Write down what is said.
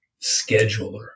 scheduler